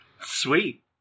sweet